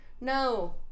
no